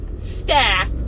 staff